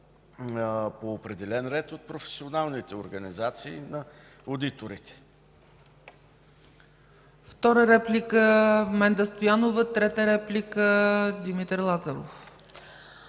по определен ред от професионалните организации на одиторите?!